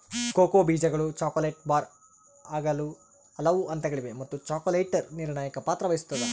cocoa ಬೀಜಗಳು chocolate bar ಆಗಲು ಹಲವು ಹಂತಗಳಿವೆ ಮತ್ತು ಚಾಕೊಲೇಟರ್ ನಿರ್ಣಾಯಕ ಪಾತ್ರ ವಹಿಸುತ್ತದ